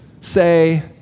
say